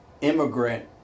immigrant